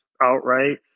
outright